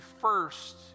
first